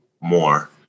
more